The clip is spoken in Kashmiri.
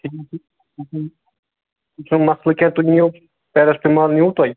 یہِ چھُنہٕ مَسلہٕ کینٛہہ تُہۍ نِیِو پٮ۪رسٹٕمال نِو تۄہہِ